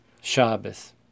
Shabbos